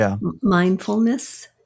mindfulness